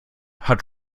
hat